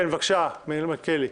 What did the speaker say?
כן, בבקשה, מלכיאלי.